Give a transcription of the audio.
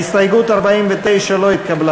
ההסתייגות של קבוצת סיעת העבודה לסעיף 14 לא נתקבלה.